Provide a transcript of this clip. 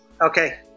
Okay